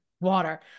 water